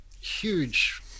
huge